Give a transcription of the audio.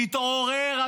תתעורר,